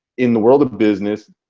in the world of business